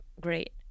great